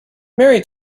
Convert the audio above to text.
mary